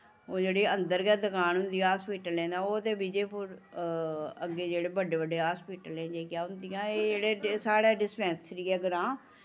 ओह् जेह्ड़ी अंदर गै दकान होंदी हास्पिटलें दे ओह् ते विजयपुर अग्गें जेह्ड़े बड्डे बड्डे हास्पिटलें जाइयै होंदियां एह् जेह्ड़े साढ़ै डिस्पैंसरी ऐ ग्रां